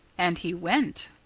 and he went.